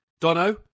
Dono